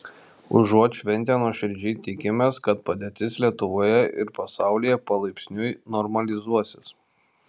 užuot šventę nuoširdžiai tikimės kad padėtis lietuvoje ir pasaulyje palaipsniui normalizuosis